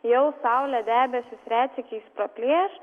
jau saulę debesis retsykiais praplėš